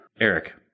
Eric